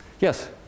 Yes